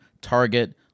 Target